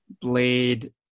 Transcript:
Blade